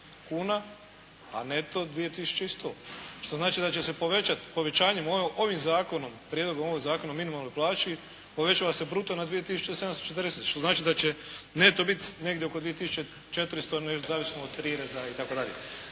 kuna, a neto 2 tisuće i 100. Što znači da će se povećati, povećanjem ovim zakonom, Prijedlogom ovog zakona o minimalnoj plaći povećava se bruto na 2 tisuće 740. Što znači da će neto biti negdje oko 2 tisuće 400 zavisno od prireza i